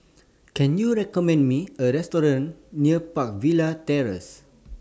Can YOU recommend Me A Restaurant near Park Villas Terrace